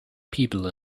people